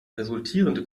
resultierende